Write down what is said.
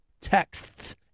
texts